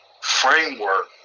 framework